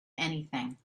anything